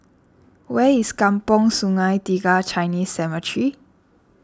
where is Kampong Sungai Tiga Chinese Cemetery